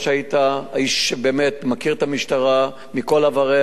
האיש שבאמת מכיר את המשטרה מכל עבריה.